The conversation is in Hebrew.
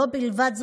לא זו בלבד,